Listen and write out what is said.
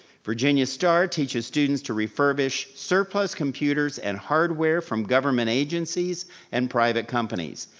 virginia star teaches students to refurbish surplus computers and hardware from government agencies and private companies.